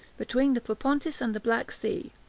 between the propontis and the black sea,